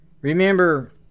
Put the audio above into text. Remember